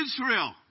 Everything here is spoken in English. Israel